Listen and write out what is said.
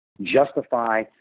justify